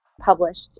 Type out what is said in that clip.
published